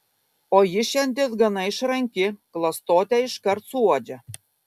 o ji šiandien gana išranki klastotę iškart suuodžia